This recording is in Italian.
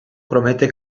promette